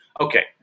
Okay